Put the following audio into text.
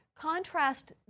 Contrast